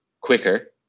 quicker